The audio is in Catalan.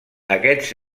aquests